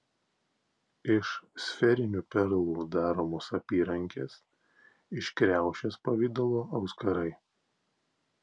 iš sferinių perlų daromos apyrankės iš kriaušės pavidalo auskarai